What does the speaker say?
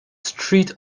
street